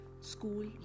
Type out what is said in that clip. school